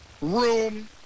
room